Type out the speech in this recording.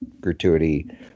gratuity